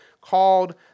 called